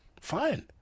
Fine